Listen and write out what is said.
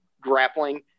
grappling